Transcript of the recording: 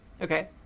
Okay